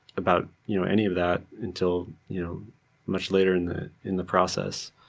about you know any of that until much later in the in the process.